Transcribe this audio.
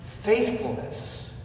faithfulness